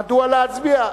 מדוע להצביע?